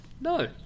No